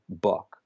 book